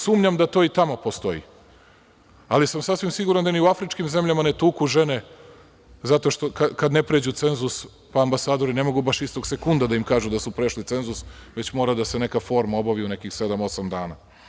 Sumnjam da to i tamo postoji, ali sam sasvim siguran da ni u afričkim zemljama ne tuku žene kada ne pređu cenzus, pa ambasadori ne mogu baš istog sekunda da im kažu da su prešli cenzus, već mora da se neka forma obavi, od nekih sedam do osam dana.